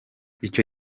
icyo